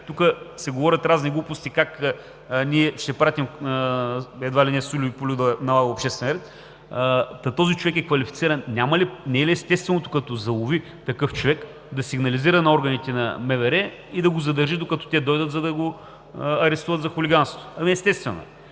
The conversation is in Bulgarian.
тук се говорят разни глупости как ние ще пратим едва ли не сульо и пульо да налага обществения ред, та този човек е квалифициран, не е ли естествено, като залови такъв човек, да сигнализира на органите на МВР и да го задържи, докато те дойдат, за да го арестуват за хулиганство? Ами, естествено!